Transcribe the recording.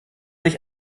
sich